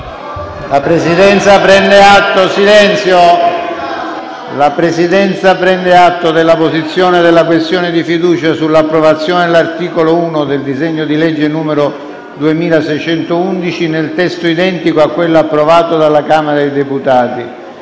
La Presidenza prende atto della posizione della questione di fiducia sull'approvazione dell'articolo 1 del disegno di legge n. 2611, nel testo identico a quello approvato dalla Camera dei deputati.